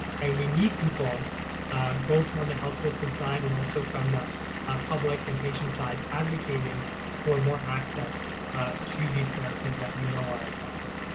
and we need people both on the health system side, and also from the public and patient side advocating for more access to these therapies that we know are effective.